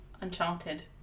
Uncharted